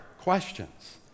questions